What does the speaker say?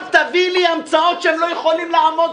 אל תביא לי המצאות שהם לא יכולים לעמוד,